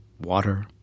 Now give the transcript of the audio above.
water